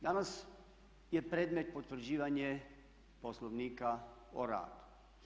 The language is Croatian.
Danas je predmet potvrđivanje Poslovnika o radu.